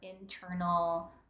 internal